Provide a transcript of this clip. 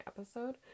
episode